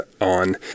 on